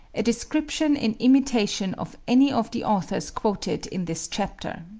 a description in imitation of any of the authors quoted in this chapter.